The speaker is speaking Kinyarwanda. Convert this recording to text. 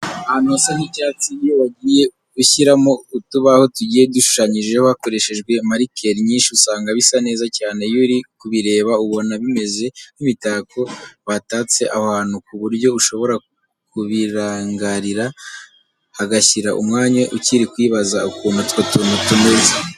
Ahantu hasa nk'icyatsi iyo wagiye ushyiramo utubaho tugiye dushushanyijemo hakoreshejwe marikeri nyinshi usanga bisa neza cyane. Iyo uri kubireba ubona bimeze nk'imitako batatse aho hantu ku buryo ushobora kubirangarira hagashira umwanya ukiri kwibaza ukuntu utwo tuntu tumeze.